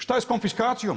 Šta je sa konfiskacijom?